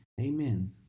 Amen